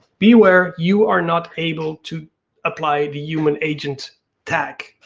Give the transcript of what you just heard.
be aware, you are not able to apply the human agent tag.